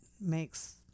makes